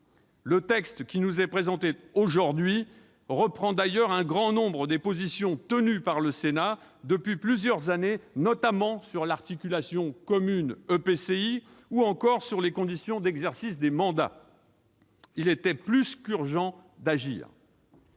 Le texte qui nous est présenté aujourd'hui reprend d'ailleurs un grand nombre des positions tenues par le Sénat depuis plusieurs années, notamment sur l'articulation communes-EPCI ou encore sur les conditions d'exercice des mandats. Il était plus qu'urgent d'agir